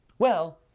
well,